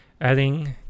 Adding